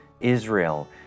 Israel